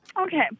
Okay